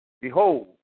Behold